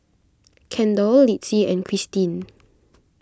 Kendal Litzy and Kristyn